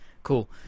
Cool